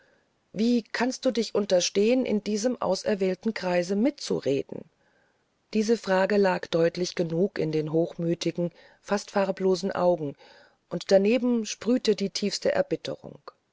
wie kannst du dich unterstehen in diesem auserwählten kreise mitzureden diese frage lag deutlich genug in den hochmütigen fast farblosen augen und daneben sprühte die tiefste erbitterung